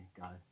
god